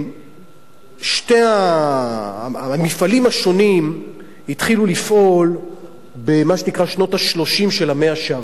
שני המפעלים השונים התחילו לפעול במה שנקרא שנות ה-30 של המאה שעברה,